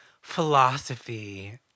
philosophy